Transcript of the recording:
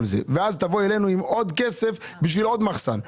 זה ותבואי אלינו עם עוד כסף בשביל עוד מחסן.